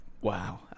Wow